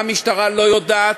מה המשטרה לא יודעת,